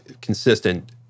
consistent